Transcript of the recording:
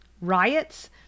riots